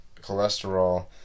cholesterol